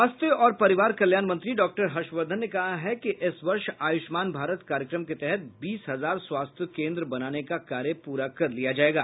स्वास्थ्य और परिवार कल्याण मंत्री डाक्टर हर्षवर्धन ने कहा है कि इस वर्ष आयुष्मान भारत कार्यक्रम के तहत बीस हजार स्वास्थ्य केन्द्र बनाने का कार्य प्ररा कर लिया जाएगा